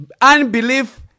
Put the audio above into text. Unbelief